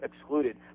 excluded